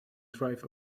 drive